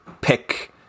pick